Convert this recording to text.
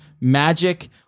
Magic